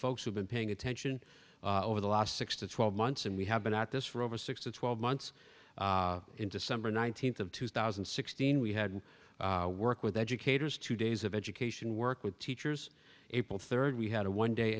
folks who've been paying attention over the last six to twelve months and we have been at this for over six to twelve months in december nineteenth of two thousand and sixteen we had work with educators two days of education work with teachers april third we had a one day